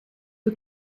für